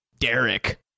Derek